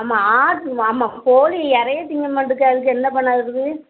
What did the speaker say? ஆமாம் ஆடு ஆமாம் கோழி இரையே திங்க மாட்டுது அதுக்கு என்ன பண்ணுறது